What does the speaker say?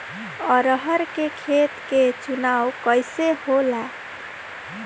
अरहर के खेत के चुनाव कइसे होला?